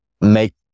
make